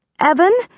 Evan